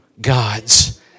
God's